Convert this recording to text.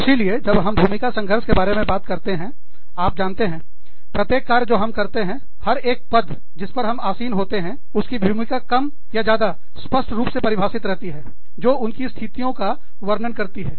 इसीलिए जब हम भूमिका संघर्ष के बारे में बात करते हैं आप जानते हैं प्रत्येक कार्य जो हम करते हैं हर एक पद पोजीशन जिस पर हम आसीन होते हैं उसकी भूमिका कम या ज्यादा स्पष्ट रूप से परिभाषित रहती हैं जो उनकी स्थितियों का वर्णन करती है